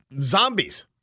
zombies